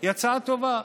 היא הצעה טובה.